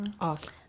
Awesome